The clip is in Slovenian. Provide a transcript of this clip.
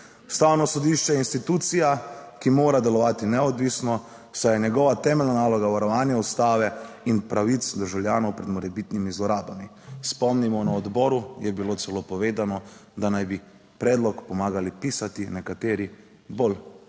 Ustavno sodišče je institucija, ki mora delovati neodvisno, saj je njegova temeljna naloga varovanje ustave in pravic državljanov pred morebitnimi zlorabami. Spomnimo, na odboru je bilo celo povedano, da naj bi predlog pomagali pisati nekateri bolj